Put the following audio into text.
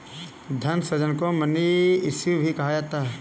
धन सृजन को मनी इश्यू भी कहा जाता है